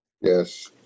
Yes